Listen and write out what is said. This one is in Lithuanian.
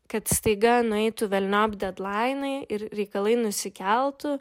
kad staiga nueitų velniop dedlainai ir reikalai nusikeltų